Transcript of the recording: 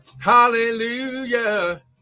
Hallelujah